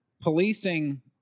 policing